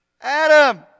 Adam